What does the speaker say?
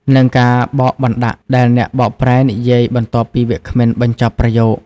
និងការបកបណ្ដាក់ ដែលអ្នកបកប្រែនិយាយបន្ទាប់ពីវាគ្មិនបញ្ចប់ប្រយោគ។